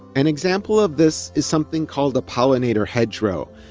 an example of this is something called a pollinator hedgerow,